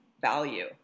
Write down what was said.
value